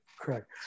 Correct